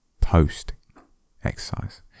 post-exercise